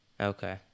Okay